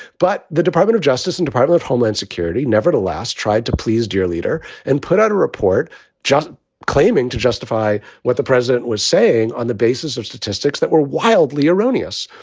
but the department of justice and department, homeland security, nevertheless tried to please dear leader and put out a report just claiming to justify what the president was saying on the basis of statistics that were wildly erroneous.